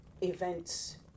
events